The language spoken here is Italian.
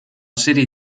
serie